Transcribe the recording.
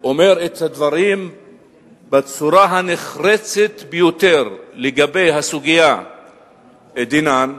אומר את הדברים בצורה הנחרצת ביותר לגבי הסוגיה דנן,